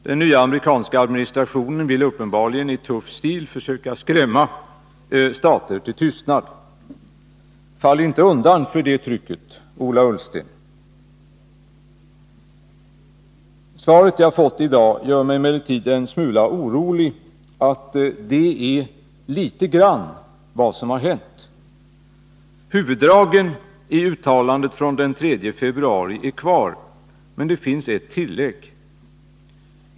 Den nya amerikanska administrationen vill uppenbarligen i tuff stil försöka skrämma stater till tystnad. Fall inte undan för det trycket, Ola Ullsten! Det svar jag fått i dag gör mig emellertid en smula orolig för att det i viss mån är vad som har hänt. Huvuddragen i uttalandet från den 3 februari är kvar, men det finns ett tillägg.